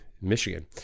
Michigan